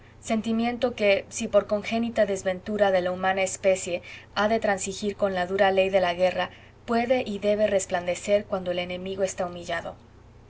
sentimiento que si por congénita desventura de la humana especie ha de transigir con la dura ley de la guerra puede y debe resplandecer cuando el enemigo está humillado